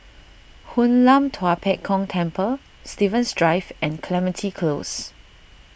Hoon Lam Tua Pek Kong Temple Stevens Drive and Clementi Close